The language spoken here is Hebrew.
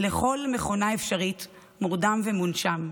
לכל מכונה אפשרית, מורדם ומונשם.